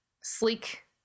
sleek